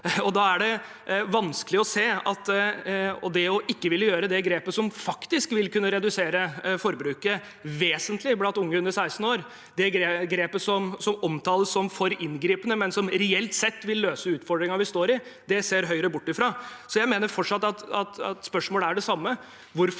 Da er det vanskelig å se på at det grepet som faktisk vil kunne redusere forbruket vesentlig blant unge under 16 år – det grepet som omtales som «for inngripende», men som reelt sett vil løse utfordringen vi står i – ser Høyre bort fra. Jeg mener at spørsmålet fortsatt